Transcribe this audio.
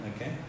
okay